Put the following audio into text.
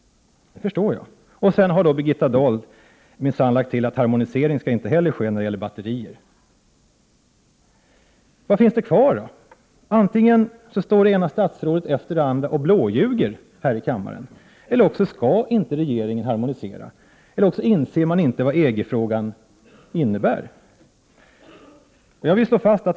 Det förstår jag. Birgitta Dahl har minsann tillagt att harmoniseringen inte skall gälla batterier. Vad finns då kvar att harmonisera? Antingen står det ena statsrådet efter det andra och blåljuger här i kammaren eller så avser regeringen inte att den svenska lagstiftningen skall harmoniseras. Den kanske inte inser vad harmonisering innebär.